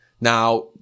Now